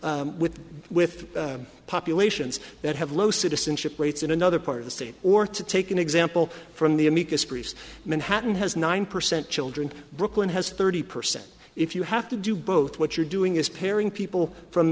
with with populations that have low citizenship rates in another part of the state or to take an example from the amicus briefs manhattan has nine percent children brooklyn has thirty percent if you have to do both what you're doing is pairing people from